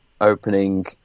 opening